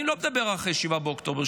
אני לא מדבר אחרי 7 באוקטובר.